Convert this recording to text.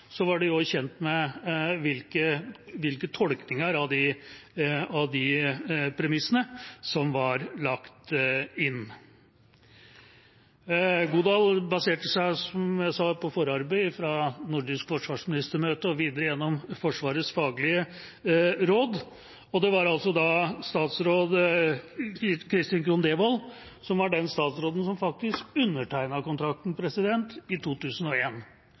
var de også kjent med hvilke tolkninger av de premissene som var lagt inn. Godal baserte seg, som jeg sa, på forarbeid fra det nordiske forsvarsministermøtet og videre på Forsvarets faglige råd, og det var altså Kristin Krohn Devold som var den statsråden som faktisk undertegnet kontrakten, i 2001. Det som kanskje var det mest påfallende med hennes bidrag i